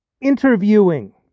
Interviewing